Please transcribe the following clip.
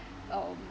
um